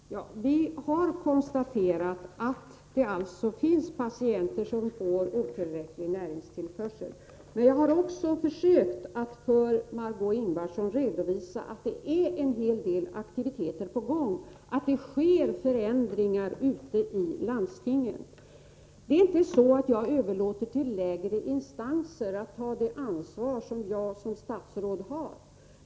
Herr talman! Vi har konstaterat att det finns patienter som får otillräcklig näringstillförsel. Men jag har också försökt att för Margé Ingvardsson redovisa att det är en hel del aktiviteter på gång, att det sker förändringar ute i landstingen. Det är inte så att jag överlåter till lägre instanser att ta det ansvar som jag som statsråd har.